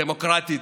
דמוקרטית,